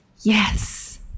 yes